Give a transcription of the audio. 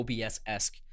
OBS-esque